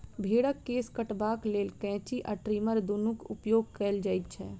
भेंड़क केश कटबाक लेल कैंची आ ट्रीमर दुनूक उपयोग कयल जाइत छै